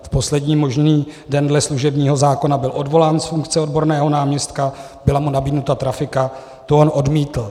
V poslední možný den dle služebního zákona byl odvolán z funkce odborného náměstka, byla mu nabídnuta trafika, to on odmítl.